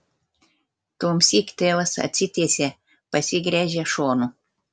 tuomsyk tėvas atsitiesia pasigręžia šonu